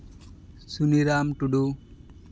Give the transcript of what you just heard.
Suniram Tudu